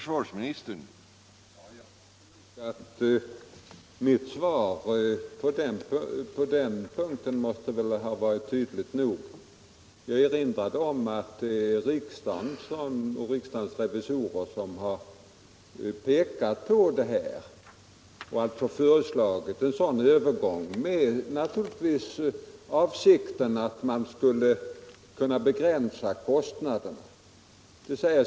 Herr talman! Jag tycker att mitt svar på den punkten var tydligt nog. Jag erinrade om att det är riksdagens revisorer som har pekat på detta förhållande och framlagt det här förslaget, naturligtvis i avsikten att man skulle kunna begränsa kostnaderna.